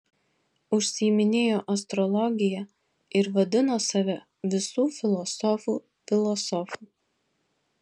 užsiiminėjo astrologija ir vadino save visų filosofų filosofu